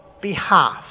behalf